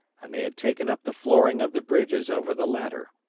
and they had taken up the flooring of the bridges over the latter.